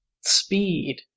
Speed